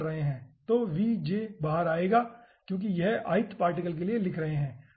तो Vj बाहर रहेगा क्योंकि यह हम ith पार्टिकल के लिए लिख रहे हैं